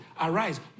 arise